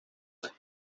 and